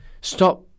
Stop